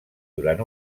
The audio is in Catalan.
durant